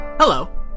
Hello